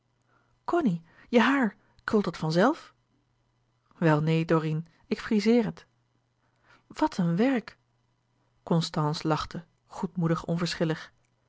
cony je haar krult dat van zelf wel neen dorine ik frizeer het wat een werk constance lachte goedmoedig